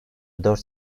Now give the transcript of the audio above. dört